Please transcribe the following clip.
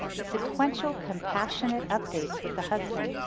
sequential compassionate updates with the husband,